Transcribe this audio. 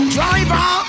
Driver